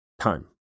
time